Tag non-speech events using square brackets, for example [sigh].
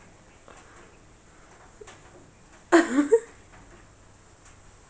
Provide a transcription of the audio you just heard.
[noise]